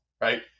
Right